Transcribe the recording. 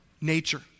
nature